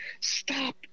Stop